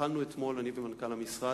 התחלנו אתמול, אני ומנכ"ל המשרד,